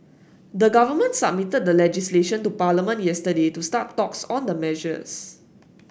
the government submitted the legislation to Parliament yesterday to start talks on the measures